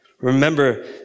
Remember